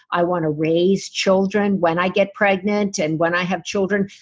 i want to raise children, when i get pregnant and when i have children,